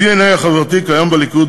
הדנ"א החברתי קיים בליכוד,